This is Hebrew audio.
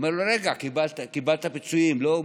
אני אומר לו: רגע, קיבלת פיצויים, לא?